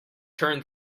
turn